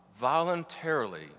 voluntarily